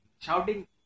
Shouting